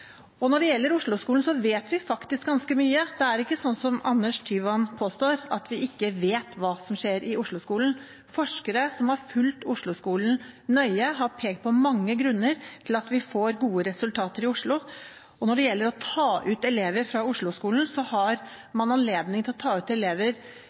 Når det gjelder Oslo-skolen, vet vi faktisk ganske mye. Det er ikke sånn som Anders Tyvand påstår, at vi ikke vet hva som skjer i Oslo-skolen. Forskere som har fulgt Oslo-skolen nøye, har pekt på mange grunner til at vi får gode resultater i Oslo. Og når det gjelder å ta ut elever fra